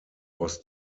was